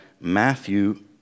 Matthew